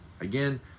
again